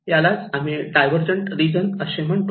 आणि यालाच आम्ही डायव्हर्जंट रिजन म्हणतो